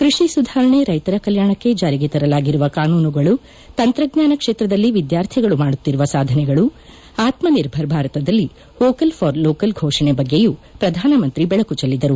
ಕೃಷಿ ಸುಧಾರಣೆ ರೈತರ ಕಲ್ಯಾಣಕ್ಕೆ ಜಾರಿಗೆ ತರಲಾಗಿರುವ ಕಾನೂನುಗಳು ತಂತ್ರಜ್ಞಾನ ಕ್ಷೇತ್ರದಲ್ಲಿ ವಿದ್ಯಾರ್ಥಿಗಳು ಮಾಡುತ್ತಿರುವ ಸಾಧನೆಗಳು ಆತ್ಮನಿರ್ಭರ್ ಭಾರತದಲ್ಲಿ ವೋಕಲ್ ಫಾರ್ ಲೋಕಲ್ ಘೋಷಣೆ ಬಗ್ಗೆಯೂ ಪ್ರಧಾನಮಂತ್ರಿ ಬೆಳಕು ಚೆಲ್ಲಿದರು